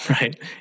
right